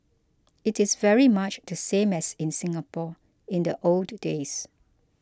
it is very much the same as in Singapore in the old days